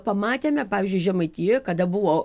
pamatėme pavyzdžiui žemaitijoj kada buvo